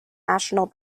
national